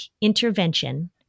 intervention